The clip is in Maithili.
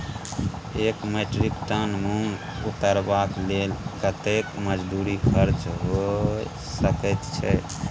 एक मेट्रिक टन मूंग उतरबा के लेल कतेक मजदूरी खर्च होय सकेत छै?